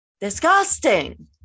Disgusting